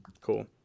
Cool